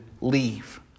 leave